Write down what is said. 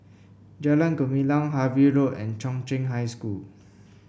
Jalan Gumilang Harvey Road and Chung Cheng High School